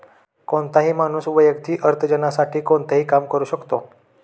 कोणताही माणूस वैयक्तिक अर्थार्जनासाठी कोणतेही काम करू शकतो